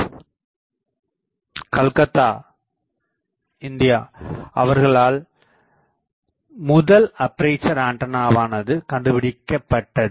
C Bose Calcutta India அவர்களால் முதல் அப்பேசர் ஆண்டனாவானது கண்டுபிடிக்கபட்டது